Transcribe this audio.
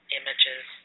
images